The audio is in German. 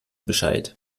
bescheid